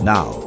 Now